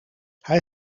hij